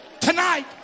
tonight